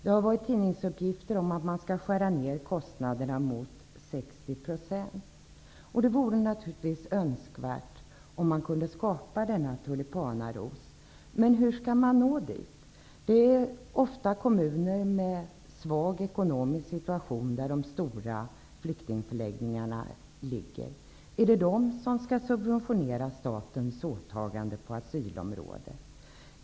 Enligt tidningsuppgifter skall kostnaderna skäras ned emot 60 %. Det vore naturligtvis önskvärt om man kunde skapa denna tulipanaros. Men hur skall det gå till? De stora flyktingförläggningarna är ofta belägna i kommuner med svag ekonomi. Är det dessa kommuner som skall subventionera statens åtaganden på asylområdet?